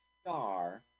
star